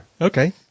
Okay